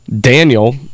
Daniel